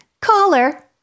caller